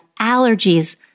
allergies